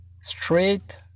straight